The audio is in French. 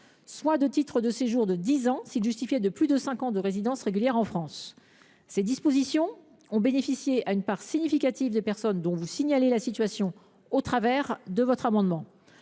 soit de titres de séjour de dix ans, s’ils justifiaient de plus de cinq ans de résidence régulière en France. Ces dispositions ont bénéficié à une part significative des personnes dont vous signalez la situation au travers de vos amendements.